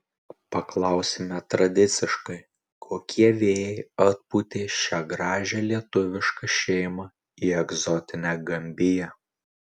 paklausime tradiciškai kokie vėjai atpūtė šią gražią lietuvišką šeimą į egzotinę gambiją